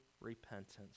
repentance